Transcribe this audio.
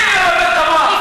תפסיקי לבלבל את המוח,